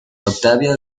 octavio